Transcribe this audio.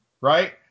right